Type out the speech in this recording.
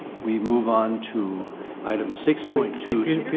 we move on to item six point two.